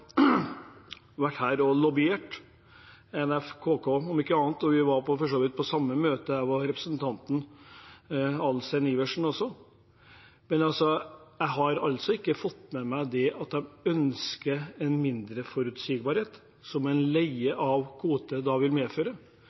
vært her og drevet lobbyvirksomhet, bl.a. NFKK. Jeg var for øvrig på det samme møtet som representanten Adelsten Iversen. Men jeg har ikke fått med meg at de ønsker mindre forutsigbarhet – som leie av kvote vil medføre.